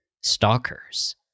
stalkers